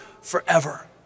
forever